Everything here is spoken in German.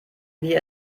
wir